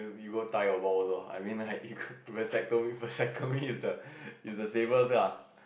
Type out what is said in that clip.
you go tie your balls loh I mean like vasectomy vasectomy is the safest lah